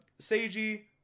seiji